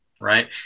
Right